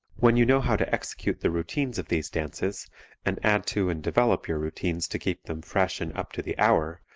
when you know how to execute the routines of these dances and add to and develop your routines to keep them fresh and up to the hour,